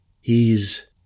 He's